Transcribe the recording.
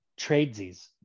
tradesies